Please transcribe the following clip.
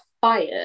fired